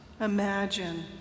imagine